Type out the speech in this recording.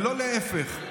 ולא להפך.